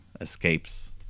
escapes